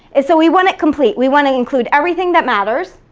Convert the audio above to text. and so we want it complete. we wanna include everything that matters.